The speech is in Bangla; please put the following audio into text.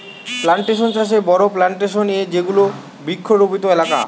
প্লানটেশন চাষে বড়ো প্লানটেশন এ যেগুলি বৃক্ষরোপিত এলাকা